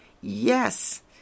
Yes